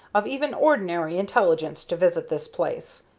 of even ordinary intelligence, to visit this place.